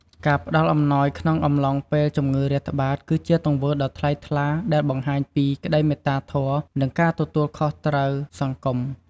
ការផ្តល់អំណោយក្នុងអំឡុងពេលជំងឺរាតត្បាត គឺជាទង្វើដ៏ថ្លៃថ្លាដែលបង្ហាញពី ក្តីមេត្តាធម៌ និងការទទួលខុសត្រូវសង្គម។